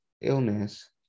illness